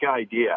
idea